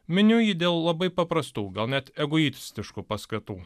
miniu jį dėl labai paprastų gal net egoistiškų paskatų